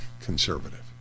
conservative